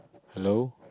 hello